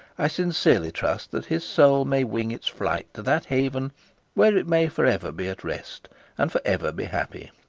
i sincerely trust that his soul may wing its flight to that haven where it may for ever be at rest and for ever be happy.